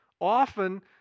often